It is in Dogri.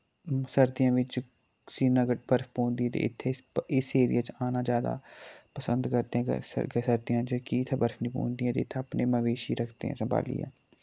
सर्दियें विच श्रीनगर बर्फ पौंदी ते इत्थे इस एरिये च आना जैदा पसंद करदे स सर्दियें च कि इत्थै बर्फ निं पौंदी और इत्थै अपने मवेशी रक्खदे न संभालियै